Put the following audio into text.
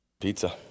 pizza